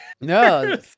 No